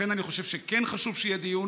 לכן אני חושב שכן חשוב שיהיה דיון,